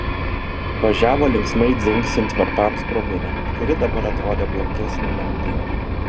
važiavo linksmai dzingsint varpams pro minią kuri dabar atrodė blankesnė negu dieną